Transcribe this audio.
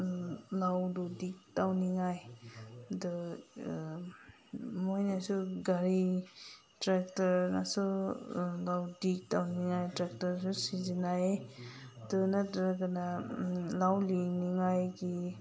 ꯂꯧꯗꯨ ꯗꯤꯛ ꯇꯧꯅꯤꯡꯉꯥꯏ ꯑꯗꯨ ꯃꯣꯏꯅꯁꯨ ꯒꯥꯔꯤ ꯇ꯭ꯔꯦꯛꯇꯔꯅꯁꯨ ꯂꯧ ꯗꯤꯛ ꯇꯧꯅꯤꯡꯉꯥꯏ ꯇ꯭ꯔꯦꯛꯇꯔꯁꯨ ꯁꯤꯖꯤꯟꯅꯩ ꯑꯗꯨ ꯅꯠꯇ꯭ꯔꯒꯅ ꯂꯧ ꯂꯤꯡꯅꯤꯡꯉꯥꯏꯒꯤ